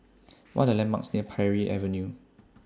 What Are The landmarks near Parry Avenue